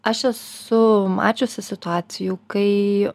aš esu mačiusi situacijų kai